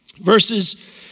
verses